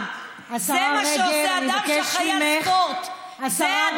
זה רק לא קשור לעניין.